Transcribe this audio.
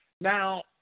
Now